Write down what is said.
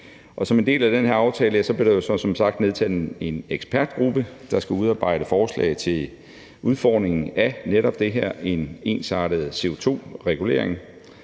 som en del af den her aftale blev der jo så nedsat en ekspertgruppe, der skulle udarbejde forslag til udformningen af netop det her: en ensartet CO2-regulering.